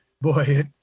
boy